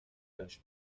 داشت